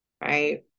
right